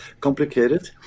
complicated